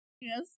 Yes